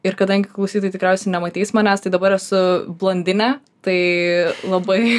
ir kadangi klausytojai tikriausiai nematys manęs tai dabar esu blondinė tai labai